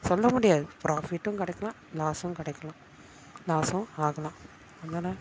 சொல்ல முடியாது ப்ராஃபிட்டும் கிடைக்கலாம் லாஸ்ஸும் கிடைக்கலாம் லாஸ்ஸும் ஆகலாம் அதனால